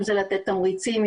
אם זה לתת תמריצים,